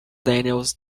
daniels